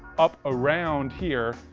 up around here,